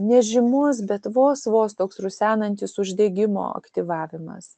nežymus bet vos vos toks rusenantis uždegimo aktyvavimas